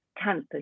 cancer